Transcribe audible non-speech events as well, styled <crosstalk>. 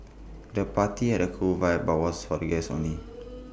the party had A cool vibe but was for the guests only <noise>